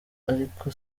ariko